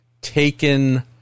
taken